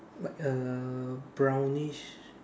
like a brownish